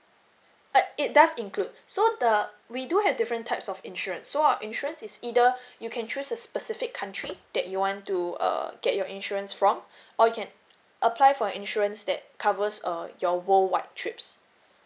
uh it does include so the we do have different types of insurance so our insurance is either you can choose a specific country that you want to uh get your insurance from or you can apply for an insurance that covers err your worldwide trips